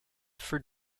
for